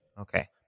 Okay